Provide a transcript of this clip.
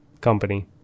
company